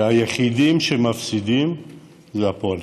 והיחידים שמפסידים אלו הפועלים.